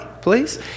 please